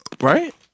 Right